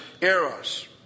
Eros